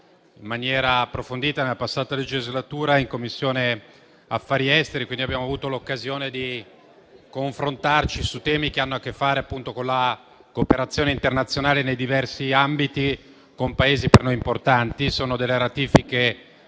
in maniera approfondita nella passata legislatura in Commissione affari esteri e abbiamo avuto l'occasione di confrontarci su temi che hanno a che fare con la cooperazione internazionale nei diversi ambiti con Paesi per noi importanti. Sono ratifiche